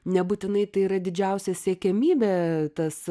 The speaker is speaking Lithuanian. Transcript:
nebūtinai tai yra didžiausia siekiamybė tas